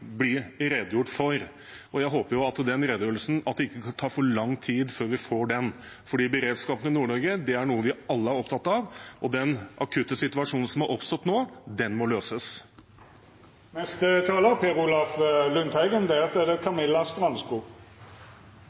redegjort for. Jeg håper at det ikke tar for lang tid før vi får den redegjørelsen, for beredskap i Nord-Norge er noe vi alle er opptatt av, og den akutte situasjonen som er oppstått nå, må løses. Senterpartiet har lagt fram forslag nr. 35. Kjernen i det er at kontrakten mellom Luftambulansetjenesten HF og Babcock Scandinavian AirAmbulance heves. Hvorfor ber vi om det?